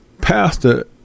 pastor